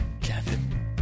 Kevin